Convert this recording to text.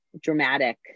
dramatic